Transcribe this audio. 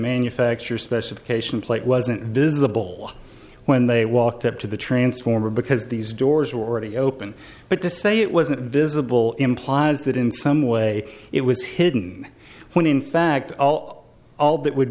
manufacturer specification plate wasn't visible when they walked up to the transformer because these doors were already open but to say it wasn't visible implies that in some way it was hidden when in fact all that would